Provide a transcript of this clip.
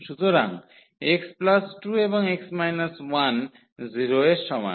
সুতরাং x 2 এবং 0 এর সমান